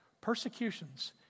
persecutions